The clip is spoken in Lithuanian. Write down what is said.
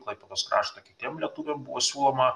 klaipėdos kraštą kitiem lietuviam buvo siūloma